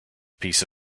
piece